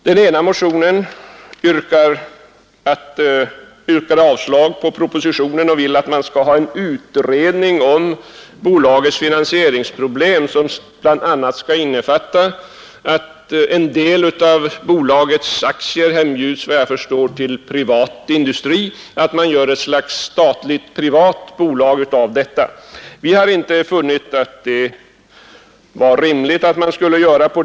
Den ena yrkar avslag på propositionen och vill att man skall ha en utredning om bolagets finansieringsproblem, som bl.a. skall innefatta att en del av bolagets aktier enligt vad jag förstår hembjuds till privat industri, att man gör ett slags statligt privatbolag av detta. Vi har inte funnit det vara rimligt att göra så.